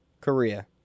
Korea